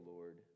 Lord